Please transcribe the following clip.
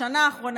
בשנה האחרונה,